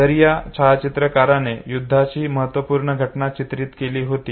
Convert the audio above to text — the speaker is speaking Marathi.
जरी या छायाचित्रकाराने युद्धाची महत्वपूर्ण घटना चित्रित केली होती